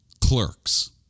clerks